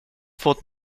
fått